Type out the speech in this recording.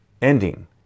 ending